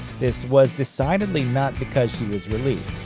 this was decidedly not because she was released.